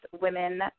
women